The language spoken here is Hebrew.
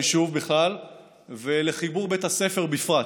ליישוב בכלל ולחיבור בית הספר בפרט.